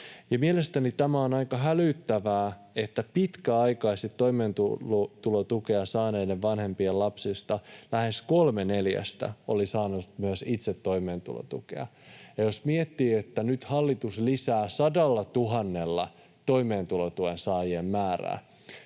mielestäni tämä on aika hälyttävää, että pitkäaikaisesti toimeentulotukea saaneiden vanhempien lapsista lähes kolme neljästä oli saanut myös itse toimeentulotukea. Jos miettii, että nyt hallitus lisää 100 000:lla toimeentulotuen saajien määrää,